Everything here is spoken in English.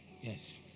yes